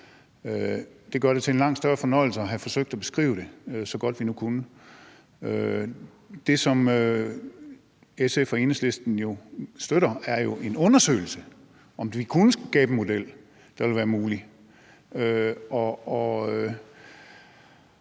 Det gør det til en langt større fornøjelse at have forsøgt at beskrive det så godt, vi nu kunne. Det, som SF og Enhedslisten støtter, er jo en undersøgelse af, om vi kunne skabe en model, der ville være mulig.